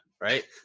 right